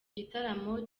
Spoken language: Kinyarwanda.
gitaramo